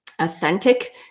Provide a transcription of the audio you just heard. authentic